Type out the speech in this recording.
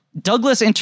Douglas